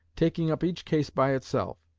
taking up each case by itself.